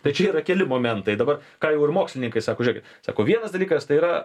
tai čia yra keli momentai dabar ką jau ir mokslininkai sako žiūrėkit sako vienas dalykas tai yra